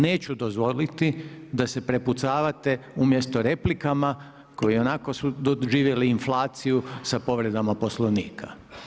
Neću dozvoliti da se prepucavate umjesto replikama koje ionako su doživjele inflaciju sa povredama Poslovnika.